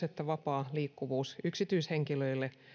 että vapaa liikkuvuus yksityishenkilöille